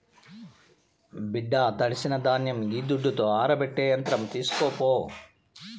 బిడ్డా తడిసిన ధాన్యం ఈ దుడ్డుతో ఆరబెట్టే యంత్రం తీస్కోపో